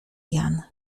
jan